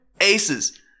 Aces